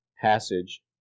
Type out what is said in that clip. passage